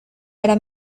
era